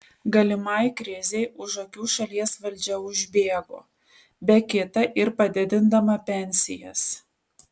galimai krizei už akių šalies valdžia užbėgo be kita ir padidindama pensijas